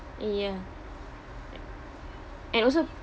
ya and also